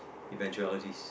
eventualities